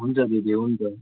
हुन्छ दिदी हुन्छ